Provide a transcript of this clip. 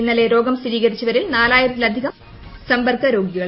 ഇന്നലെ രോഗം സ്ഥിരീകരിച്ചവരിൽ കൃഷ് നാലായിരത്തിലധികം സമ്പൂർക്ക് രോഗികൾ